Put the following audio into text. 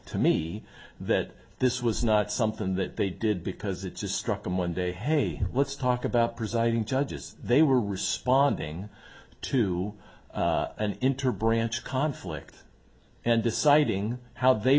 to me that this was not something that they did because it just struck a monday hey let's talk about presiding judges they were responding to an interim branch conflict and deciding how they